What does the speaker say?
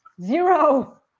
zero